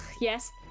yes